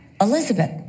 Elizabeth